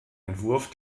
entwurf